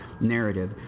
narrative